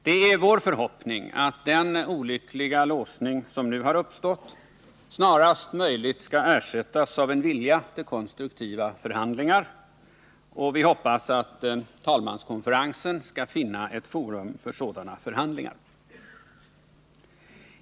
Det är vår förhoppning att den olyckliga låsning som nu har uppstått snarast möjligt skall ersättas av en vilja till konstruktiva förhandlingar. Vi hoppas att talmanskonferensen kan finna ett forum för sådana förhandlingar.